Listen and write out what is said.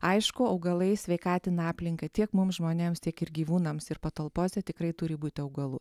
aišku augalai sveikatina aplinką tiek mums žmonėms tiek ir gyvūnams ir patalpose tikrai turi būt augalų